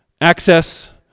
access